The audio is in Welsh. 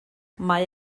mae